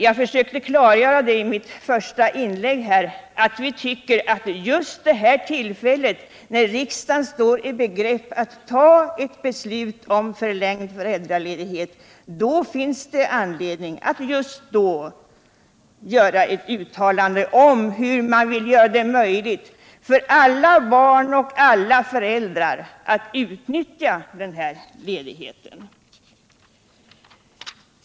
Jag försökte klargöra i mit första inlägg att vi tycker att just vid det här utlfället, när riksdagen står i begrepp att ta ett beslut om förlängd föräldraledighet, finns det anledning att göra ett uttalande om hur man vill göra det möjligt för alla barn och alla föräldrar att utnyttja ledigheten.